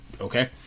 Okay